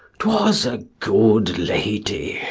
twas a good lady,